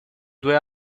due